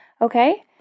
Okay